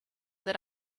that